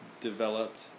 developed